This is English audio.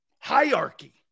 hierarchy